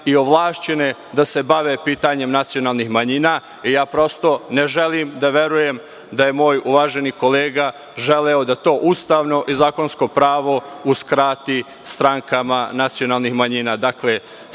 i ovlašćene da se bave pitanjem nacionalnih manjina. Prosto ne želim da verujem da je moj uvaženi kolega želeo da to ustavno i zakonsko pravo uskrati strankama nacionalnih manjina. Dakle,